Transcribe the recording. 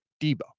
Debo